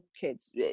kids